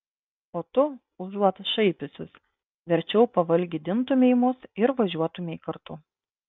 o tu užuot šaipiusis verčiau pavalgydintumei mus ir važiuotumei kartu